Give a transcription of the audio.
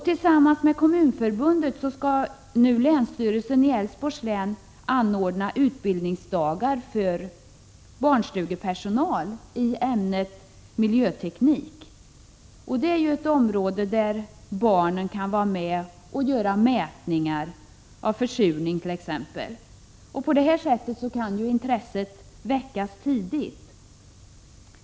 Länsstyrelsen i Älvsborgs län skall nu tillsammans med Kommunförbundet anordna utbildningsdagar i ämnet miljöteknik för barnstugepersonal. Det är ett område där barnen t.ex. kan vara med och göra mätningar av försurningar. På det sättet kan intresset väckas tidigt.